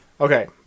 Okay